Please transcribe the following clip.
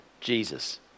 Jesus